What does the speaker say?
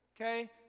Okay